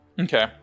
Okay